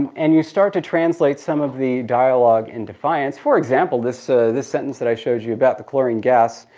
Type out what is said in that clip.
and you start to translate some of the dialogue in defiance. for example, this ah this sentence that i showed you about the chlorine gas.